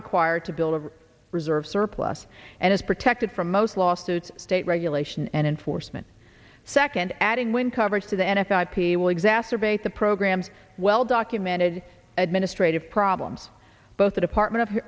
required to build a reserve surplus and is protected from most lawsuits state regulation and enforcement second at angwin coverage to the n f l ip will exacerbate the program's well documented administrative problems both the department of